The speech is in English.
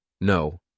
No